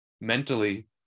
mentally